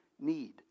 need